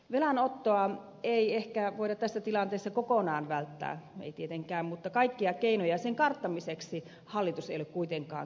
velanottoa ei ehkä voida tässä tilanteessa kokonaan välttää ei tietenkään mutta kaikkia keinoja sen karttamiseksi hallitus ei ole kuitenkaan käyttänyt